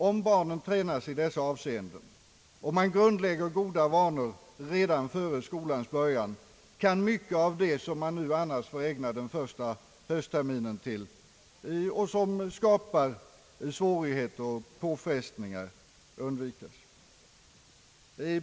Om barnen tränas i dessa avseenden, om man grundlägger goda vanor redan före skolans början, kan mycket av det, som man annars får ägna den första höstterminen åt och som skapar svårigheter och påfrestningar, undvikas.